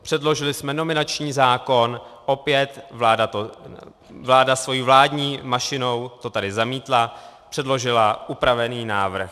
Předložili jsme nominační zákon, opět vláda to svojí vládní mašinou tady zamítla, předložila upravený návrh.